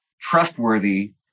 trustworthy